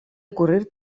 ocurrir